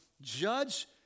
judge